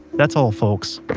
that's all folks.